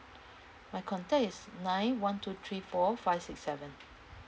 my contact is nine one two three four five six seven